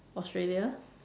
Australia